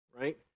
right